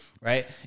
right